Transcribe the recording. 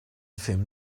film